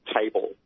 table